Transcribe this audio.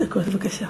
חמש דקות, בבקשה.